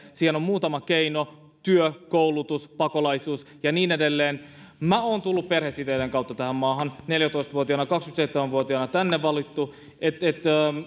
siihen on muutama keino työ koulutus pakolaisuus ja niin edelleen minä olen tullut perhesiteiden kautta tähän maahan neljätoista vuotiaana ja tänne minut on valittu